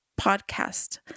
podcast